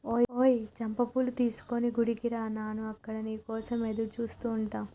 ఓయ్ చంపా పూలు తీసుకొని గుడికి రా నాను అక్కడ నీ కోసం ఎదురుచూస్తు ఉంటా